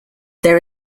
there